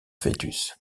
fœtus